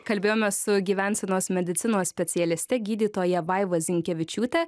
kalbėjome su gyvensenos medicinos specialiste gydytoja vaiva zinkevičiūte